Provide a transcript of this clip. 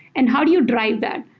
and how do you drive that?